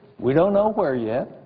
we don't know where yet,